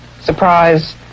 surprise